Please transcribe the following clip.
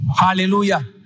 Hallelujah